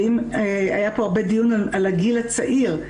ואם היה פה הרבה דיון על הגיל הצעיר,